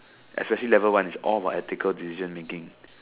especially level one it's all about ethical decision making